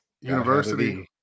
University